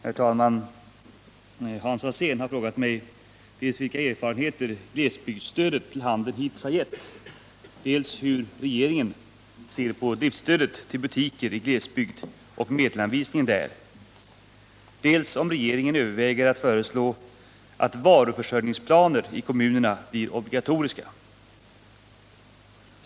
Herr talman! Hans Alsén har frågat mig dels vilka erfarenheter glesbygdsstödet till handeln hittills har gett, dels hur regeringen ser på driftstödet till butiker i glesbygd och medelsanvisningen där och dels om regeringen överväger att föreslå att varuförsörjningsplaner i kommunerna blir obligatoriska.